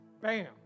bam